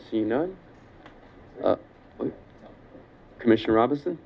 see no commission roberson